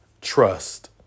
trust